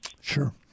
sure